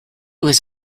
was